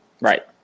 Right